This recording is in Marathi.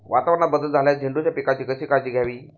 वातावरणात बदल झाल्यास झेंडूच्या पिकाची कशी काळजी घ्यावी?